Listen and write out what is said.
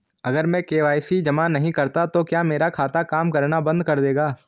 अगर मैं के.वाई.सी जमा नहीं करता तो क्या मेरा खाता काम करना बंद कर देगा?